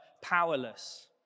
powerless